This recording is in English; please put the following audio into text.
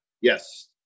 Yes